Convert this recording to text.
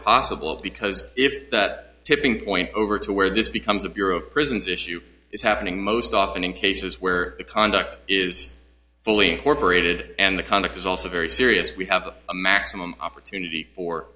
possible because if that tipping point over to where this becomes a bureau of prisons issue is happening most often in cases where the conduct is fully incorporated and the conduct is also very serious we have a maximum opportunity for